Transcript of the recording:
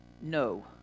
No